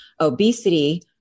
obesity